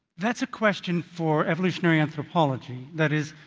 that is a question for evolutionary anthropology. that is,